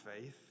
faith